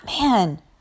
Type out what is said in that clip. man